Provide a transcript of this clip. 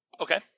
Okay